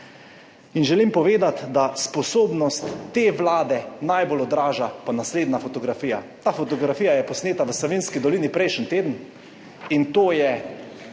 In želim povedati, da sposobnost te vlade najbolj odraža naslednja fotografija. Ta fotografija / pokaže zboru/ je posneta v Savinjski dolini prejšnji teden, in to je